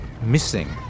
missing